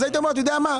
הייתי אומר: "בסדר,